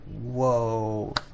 whoa